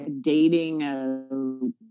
dating